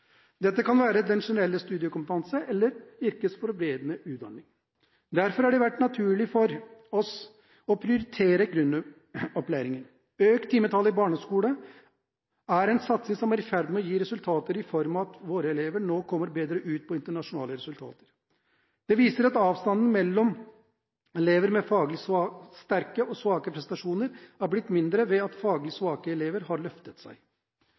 kan være den generelle studiekompetansen eller en yrkesforberedende utdanning. Derfor har det vært naturlig for oss å prioritere grunnopplæringen. Økt timetall i barneskolen er en satsing som er i ferd med å gi resultater ved at våre elever nå oppnår bedre internasjonale resultater. Det viser at avstanden mellom elever med faglig sterke og faglig svake prestasjoner har blitt mindre ved at faglig svake elever har løftet seg.